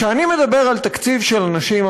כשאני מדבר על תקציב של אנשים,